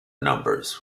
numbers